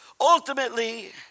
ultimately